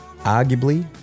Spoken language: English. arguably